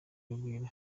urugwiro